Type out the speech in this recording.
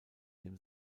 dem